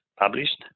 published